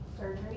surgery